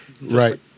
Right